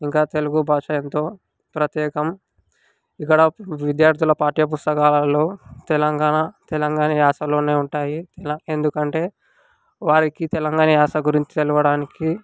ఇంకా తెలుగు భాష ఎంతో ప్రత్యేకం ఇక్కడ విద్యార్ధుల పాఠ్య పుస్తకాలలో తెలంగాణ తెలంగాణ యాసలోనే ఉంటాయి ఇలా ఎందుకంటే వారికి తెలంగాణ యాస గురించి తెలవడానికి